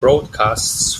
broadcasts